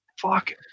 Fuck